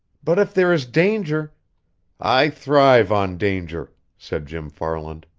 but, if there is danger i thrive on danger, said jim farland.